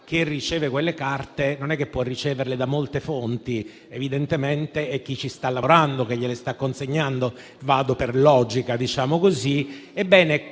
che riceve quelle carte non può riceverle da molte fonti: evidentemente è chi ci sta lavorando che gliele sta consegnando, e vado per logica. Ebbene,